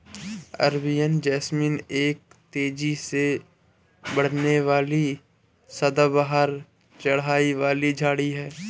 Arabian jasmine एक तेजी से बढ़ने वाली सदाबहार चढ़ाई वाली झाड़ी है